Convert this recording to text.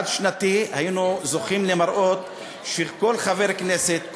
היינו זוכים למראות של כל חבר כנסת,